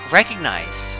recognize